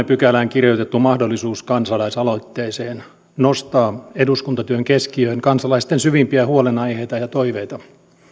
pykälään kirjoitettu mahdollisuus kansalaisaloitteeseen nostaa eduskuntatyön keskiöön kansalaisten syvimpiä huolenaiheita ja toiveita